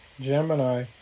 Gemini